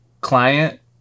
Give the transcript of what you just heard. client